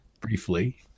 briefly